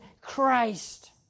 Christ